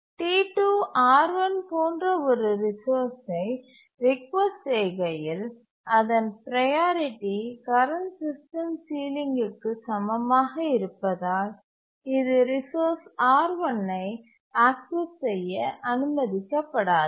T2 R1 போன்ற ஒரு ரிசோர்ஸ்சை ரிக்வெஸ்ட் செய்கையில்அதன் ப்ரையாரிட்டி கரண்ட் சிஸ்டம் சீலிங் க்கு சமமாக இருப்பதால் இது ரிசோர்ஸ் R1 ஐ ஆக்சஸ் செய்ய அனுமதிக்கப்படாது